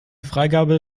freigabe